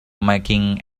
making